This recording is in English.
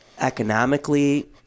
economically